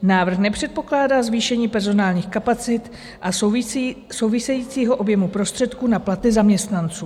Návrh nepředpokládá zvýšení personálních kapacit a souvisejícího objemu prostředků na platy zaměstnanců.